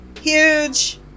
huge